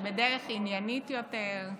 בדרך עניינית יותר,